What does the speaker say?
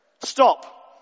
Stop